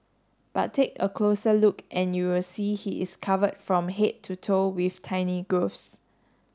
but take a closer look and you will see he is covered from head to toe with tiny growths